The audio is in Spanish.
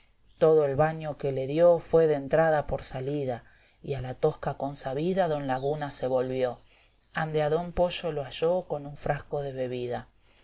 todo el baño que le dio fué dentrada por salida y a la tosca consabida don laguna se volvió ande a don pollo lo halló con un frasco de bebida